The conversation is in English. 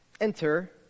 Enter